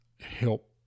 help